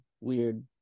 weird